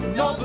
no